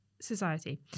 Society